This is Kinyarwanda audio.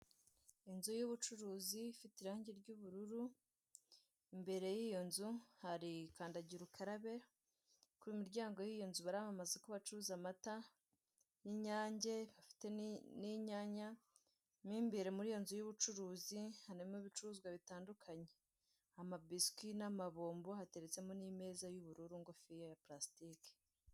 Inzu y'ubucuruzi ifite irangi ry'ubururu, imbere y'iyo nzu hari kandagira ukarabe, ku miryango y'iyo nzu baramamaza ko bacuruza amata y'inyange bafite n'inyanya. Mu imbere muri iyo nzu y'ubucuruzi harimo ibicuruzwa bitandukanye; amabisikwi n'amabombo, hateretsemo n'imeza y'ubururu ngufiya ya pulasitike.